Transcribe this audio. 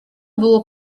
było